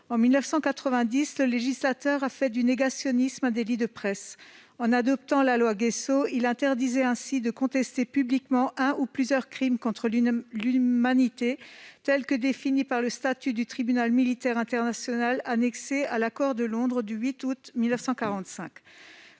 En 1990, le législateur a fait du négationnisme un délit de presse. En adoptant la loi Gayssot, il interdisait de contester publiquement un ou plusieurs crimes contre l'humanité « tels que définis par le statut du tribunal militaire international annexé à l'accord de Londres du 8 août 1945